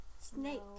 Snake